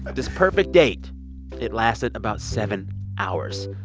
ah this perfect date it lasted about seven hours.